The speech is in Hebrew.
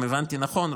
אם הבנתי נכון,